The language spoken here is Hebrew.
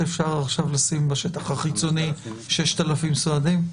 אפשר עכשיו לשים בשטח החיצוני 6,000 סועדים.